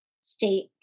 state